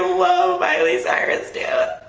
love miley cyrus